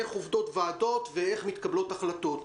איך עובדות ועדות ואיך מתקבלות החלטות,